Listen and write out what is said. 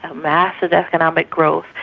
ah massive economic growth,